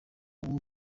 ubu